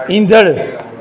ईंदड़ु